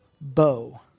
bow